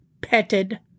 petted